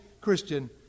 Christian